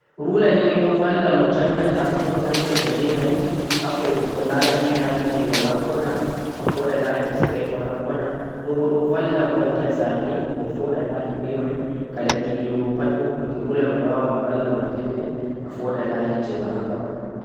ruler ni do valla mo janghata komo naftirta beh mai ha foodugho layi layi jeh wala kona a foodah layi straight wala kona do bo do valla mo watta zane o fooda layi beh mai kala didowo pat boh ruller mai wawa valla ma beh mai a fooda layi jeh wala kona